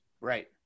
right